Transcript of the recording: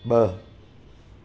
ब॒